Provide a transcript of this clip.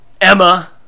Emma